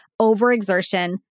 overexertion